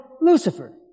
Lucifer